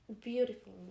beautiful